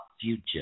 future